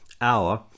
hour